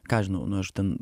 ką aš žinau nu aš ten